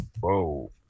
Whoa